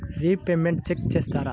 Repayments check చేస్తారా?